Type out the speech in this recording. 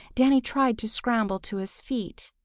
danny tried to scramble to his feet.